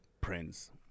Prince